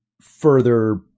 further